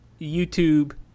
YouTube